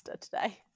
today